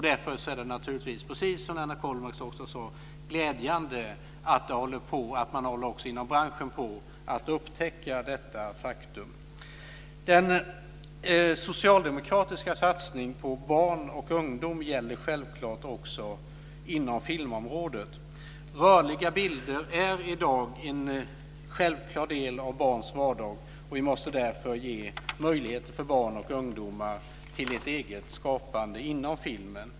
Därför är det naturligtvis, precis som Lennart Kollmats sade, glädjande att man också inom branschen börjar upptäcka detta faktum. Den socialdemokratiska satsningen på barn och ungdom gäller självklart också inom filmområdet. Rörliga bilder är i dag en självklar del av barns vardag. Vi måste därför ge barn och ungdomar möjligheter till ett eget skapande inom filmen.